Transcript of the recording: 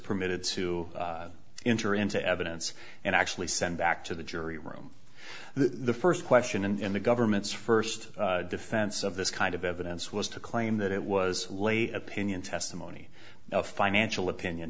permitted to enter into evidence and actually sent back to the jury room the first question in the government's first defense of this kind of evidence was to claim that it was late opinion testimony a financial opinion